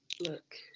Look